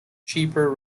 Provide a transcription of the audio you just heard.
cheaper